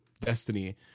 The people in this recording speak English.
destiny